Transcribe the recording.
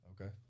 Okay